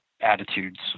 attitudes